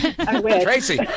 Tracy